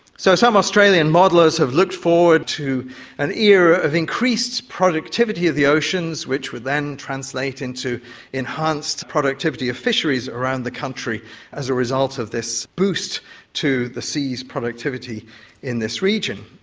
so some australian modellers have looked forward to an era of increased productivity of the oceans which would then translate into enhanced productivity of fisheries around the country as a result of this boost to the sea's productivity in this region.